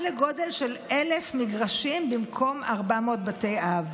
לגודל של 1,000 מגרשים במקום 400 בתי אב.